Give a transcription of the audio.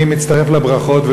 אני מצטרף לברכות,